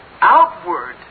outward